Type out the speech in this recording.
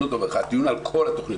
הדיון הוא על כל התכניות.